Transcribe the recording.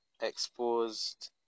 exposed